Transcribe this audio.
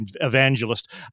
evangelist